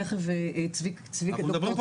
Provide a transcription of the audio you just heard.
תכף צביקה ידבר פה על זה.